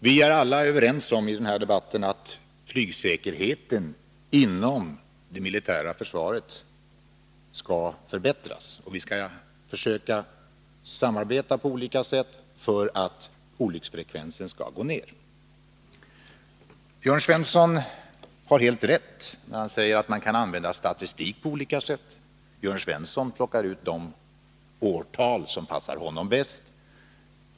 Herr talman! Vi är alla överens om att flygsäkerheten inom det militära försvaret skall förbättras, och vi skall försöka samarbeta på olika sätt för att olycksfrekvensen skall gå ned. Jörn Svensson har helt rätt när han säger att man kan använda statistik på olika sätt. Jörn Svensson plockar ut de årtal som passar honom bäst.